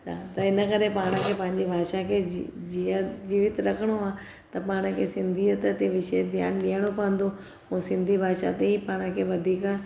त हिनकरे पाण खे पंहिंजी भाषा खे जी जीअ जीअरो रखणो आहे त पाण खे सिंधीअत ते विशेष ध्यानु ॾियणो पवंदो पोइ सिंधी भाषा थिए ई पाण खे वधीक